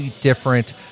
different